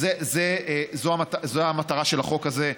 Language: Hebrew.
אז זו המטרה של החוק הזה.